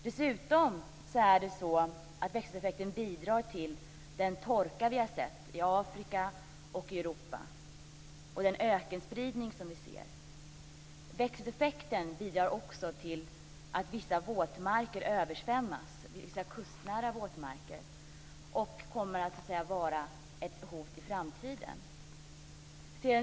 Dessutom bidrar växthuseffekten till den torka som vi har sett i Afrika och i Europa och till den ökenspridning som vi kan se. Den bidrar också till att vissa kustnära våtmarker översvämmas och kommer att vara ett hot i framtiden.